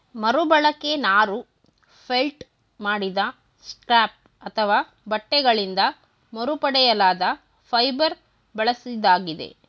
ಮರುಬಳಕೆ ನಾರು ಫೆಲ್ಟ್ ಮಾಡಿದ ಸ್ಕ್ರ್ಯಾಪ್ ಅಥವಾ ಬಟ್ಟೆಗಳಿಂದ ಮರುಪಡೆಯಲಾದ ಫೈಬರ್ ಬಳಸಿದಾಗಿದೆ